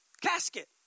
casket